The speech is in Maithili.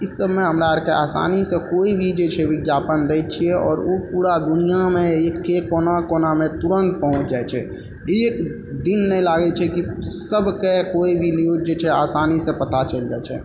इसबमे हमरा आरके आसानी से कोइ भी जे छै विज्ञापन दै छियै आओर ओ पूरा दुनियामे एक एक कोना कोनामे तुरन्त पहुँच जाइ छै एक दिन नहि लागै छै कि सबके कोइ भी न्यूज जे छै आसानी से पता चलि जाइ छै